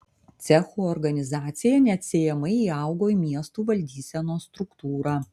cechų organizacija neatsiejamai įaugo į miestų valdysenos struktūrą